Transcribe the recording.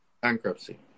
bankruptcy